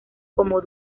como